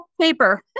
paper